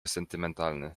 sentymentalny